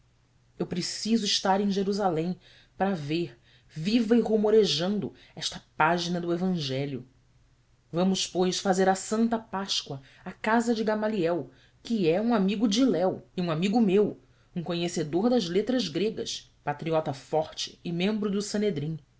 eu preciso estar em jerusalém para ver viva e rumorejando esta página do evangelho vamos pois fazer a santa páscoa à casa de gamaliel que é um amigo de hilel e um amigo meu um conhecedor das letras gregas patriota forte e membro do